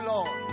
Lord